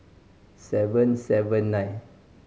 seven seven nine